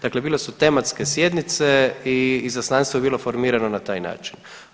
Dakle, bile su tematske sjednice i izaslanstvo je bilo formirano na taj način.